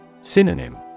Synonym